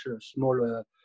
smaller